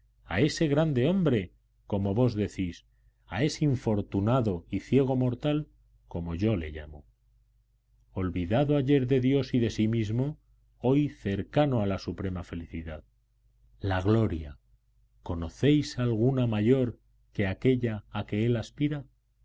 a ese grande hombre como vos decís a ese infortunado y ciego mortal como yo le llamo olvidado ayer de dios y de sí mismo hoy cercano a la suprema felicidad la gloria conocéis alguna mayor que aquélla a que él aspira